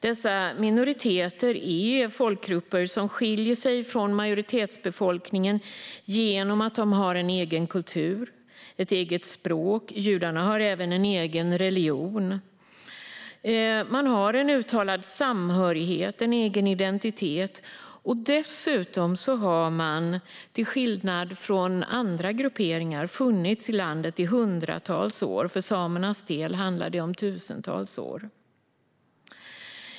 Dessa minoriteter är folkgrupper som skiljer sig från majoritetsbefolkningen genom att de har en egen kultur och ett eget språk. Judarna har även en egen religion. Man har en uttalad samhörighet och en egen identitet. Dessutom har man, till skillnad från andra grupperingar, funnits i landet i hundratals år; för samernas del handlar det om tusentals år.